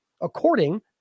According